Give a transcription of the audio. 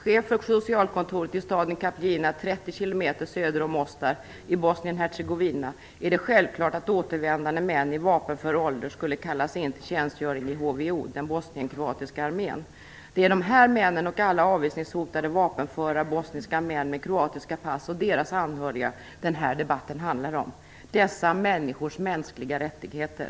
Hercegovina - är det självklart att återvändande män i vapenför ålder skall kallas in till tjänstgöring i HVO, den bosnienkroatiska armén. Det är dessa män och alla avvisningshotade vapenföra bosniska män med kroatiska pass och deras anhöriga som den här debatten handlar om - dessa människors mänskliga rättigheter.